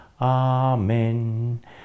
Amen